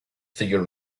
thicker